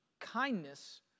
kindness